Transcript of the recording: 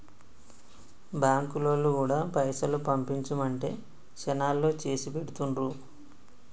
బాంకులోల్లు గూడా పైసలు పంపించుమంటే శనాల్లో చేసిపెడుతుండ్రు